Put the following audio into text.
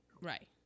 Right